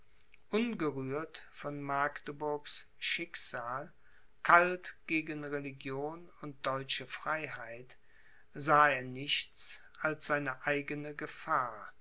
ungerührt von magdeburgs schicksal kalt gegen religion und deutsche freiheit sah er nichts als seine eigene gefahr